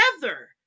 together